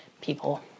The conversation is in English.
people